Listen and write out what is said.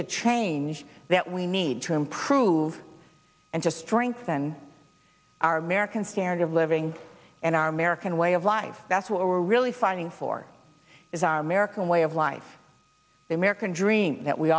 the change that we need to improve and just drink then our american standard of living and our american way of life that's what we're really fighting for is our american way of life the american dream that we